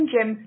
Jim